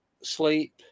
sleep